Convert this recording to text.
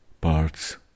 parts